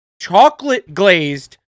chocolate-glazed